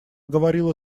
говорила